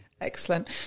excellent